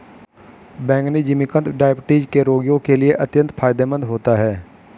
बैंगनी जिमीकंद डायबिटीज के रोगियों के लिए अत्यंत फायदेमंद होता है